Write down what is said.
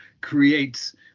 creates